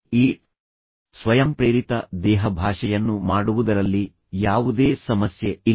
ಈ ಸ್ವಯಂಪ್ರೇರಿತ ದೇಹಭಾಷೆಯನ್ನು ಮಾಡುವುದರಲ್ಲಿ ಯಾವುದೇ ಸಮಸ್ಯೆ ಇಲ್ಲ